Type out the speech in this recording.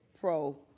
pro